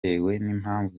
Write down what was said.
n’impamvu